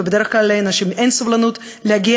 ובדרך כלל לאנשים אין סבלנות להגיע